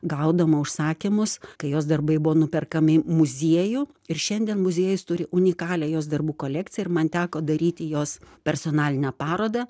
gaudama užsakymus kai jos darbai buvo nuperkami muziejų ir šiandien muziejus turi unikalią jos darbų kolekciją ir man teko daryti jos personalinę parodą